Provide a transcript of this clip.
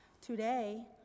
Today